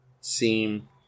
seem